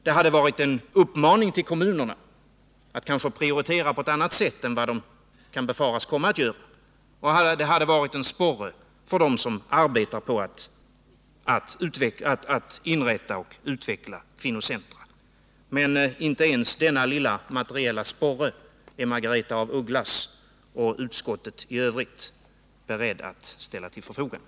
Det hade varit en uppmaning till kommunerna att prioritera på ett annat sätt än man kan befara att de kommer att göra. Det hade varit en sporre för dem som arbetar på att inrätta och utveckla kvinnocentra. Men inte ens denna lilla materiella sporre är Margaretha af Ugglas och utskottet i övrigt beredda att ställa till förfogande.